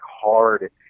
hard